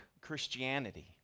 Christianity